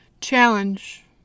challenge